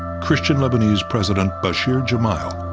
christian lebanese president bashir gemayel